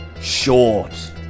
short